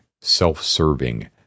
self-serving